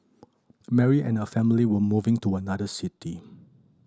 Mary and her family were moving to another city